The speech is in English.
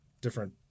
different